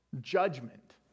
judgment